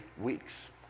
weeks